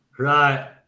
Right